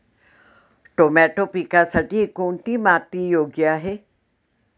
Tomato पिकासाठी कोणती माती योग्य आहे?